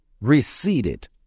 Receded